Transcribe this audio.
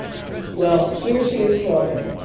well here she is talking.